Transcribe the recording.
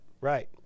Right